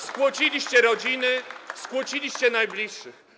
Skłóciliście rodziny, skłóciliście najbliższych.